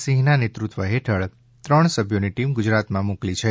સિંહના નેતૃત્વ હેઠળ ત્રણ સભ્યોની ટીમ ગુજરાતમાં મોકલી છે